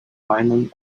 vineland